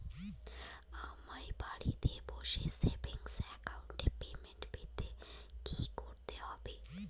আমায় বাড়ি বসে সেভিংস অ্যাকাউন্টে পেনশন পেতে কি কি করতে হবে?